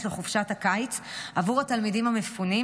לחופשת הקיץ עבור התלמידים המפונים,